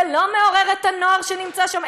זה לא מעורר את הנוער שנמצא שם?